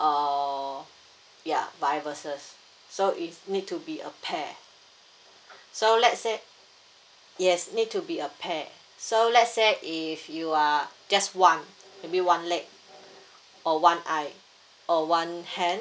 or ya vice versa so it need to be a pair so let's say yes need to be a pair so let's say if you are just one maybe one leg or one eye or one hand